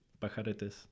pajaretes